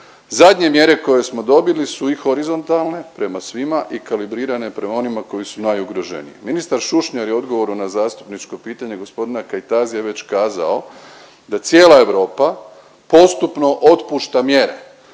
Zadnje mjere koje smo dobili su i horizontalne prema svima i kalibrirane prema onima koji su najugroženiji. Ministar Šušnjar je u odgovoru na zastupničko pitanje g. Kajtazija već kazao da cijela Europa postupno otpušta mjere.